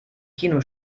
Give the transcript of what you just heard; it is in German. kino